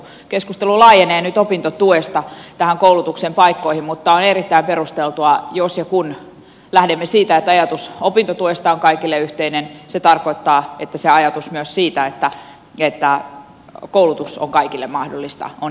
keskustelu laajenee nyt opintotuesta koulutuksen paikkoihin mutta on erittäin perusteltua jos ja kun lähdemme siitä että ajatus opintotuesta on kaikille yhteinen että se tarkoittaa että ajatus myös siitä että koulutus on kaikille mahdollista on jatkossakin totta